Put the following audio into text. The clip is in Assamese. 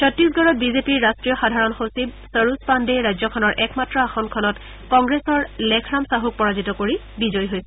ছত্তিশগড়ত বিজেপিৰ ৰাট্টীয় সাধাৰণ সচিব সৰুজ পাণ্ডে ৰাজ্যখনৰ একমাত্ৰ আসনত কংগ্ৰেছৰ লেখৰাম চাহ্ক পৰাজিত কৰি বিজয়ী হৈছে